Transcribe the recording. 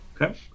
Okay